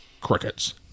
crickets